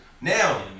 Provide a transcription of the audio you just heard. Now